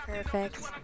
Perfect